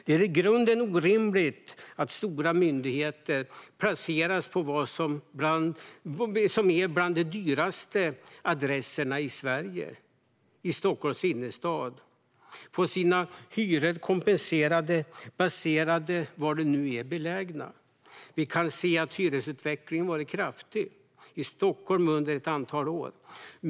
Det är i grunden orimligt att stora myndigheter som är placerade på adresser som är bland de dyraste i Sverige, i Stockholms innerstad, får sina hyror kompenserade baserat på var de nu är belägna. Vi kan se att hyresutvecklingen i Stockholm har varit kraftig under ett antal år.